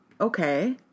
okay